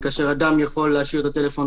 אני מוכן שתעשו לי